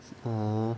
err